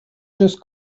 just